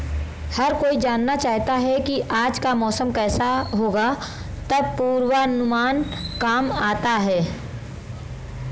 हर कोई जानना चाहता है की आज का मौसम केसा होगा तब पूर्वानुमान काम आता है